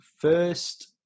first